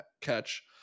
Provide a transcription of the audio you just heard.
catch